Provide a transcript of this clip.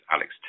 Alex